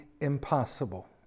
impossible